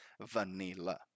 vanilla